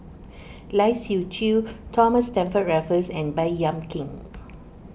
Lai Siu Chiu Thomas Stamford Raffles and Baey Yam Keng